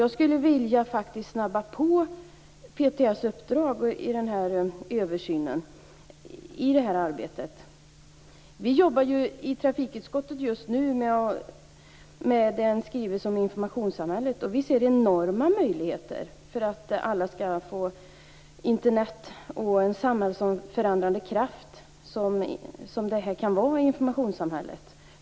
Jag skulle vilja att Post och telestyrelsens uppdrag påskyndas i fråga om detta. I trafikutskottet arbetar vi just nu med en skrivelse om informationssamhället. Vi ser enorma möjligheter för att alla skall få Internet som en förändrande kraft, vilket detta kan innebära i informationssamhället.